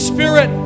Spirit